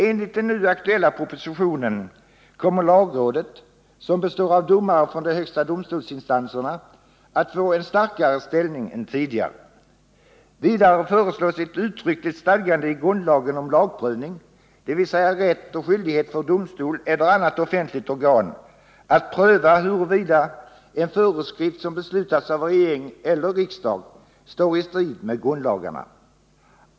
Enligt den nu aktuella propositionen kommer lagrådet, som består av domare från de högsta domstolsinstanserna, att få en starkare ställning än tidigare. Vidare föreslås ett uttryckligt stadgande i grundlagen om lagprövning, dvs. rätt och skyldighet för domstol eller annat offentligt organ att pröva huruvida en föreskrift som beslutats av regering eller riksdag står i strid med grundlagarna.